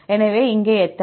எனவே இங்கே எத்தனை